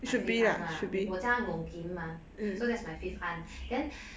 my fifth aunt lah 我叫她 ngo kim mah so that's my fifth aunt then